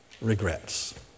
regrets